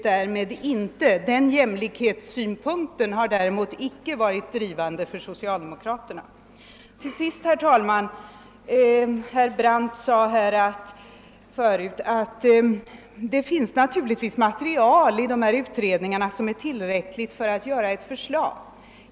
Den jämlikhetssynpunkten har däremot inte varit vägledande för socialdemokraterna. Herr Brandt sade att det i dessa utredningar finns tillräckligt med material för att ett skatteförslag skall kunna framläggas.